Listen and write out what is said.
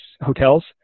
hotels